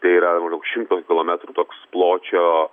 tai yra šimto kilometrų toks pločio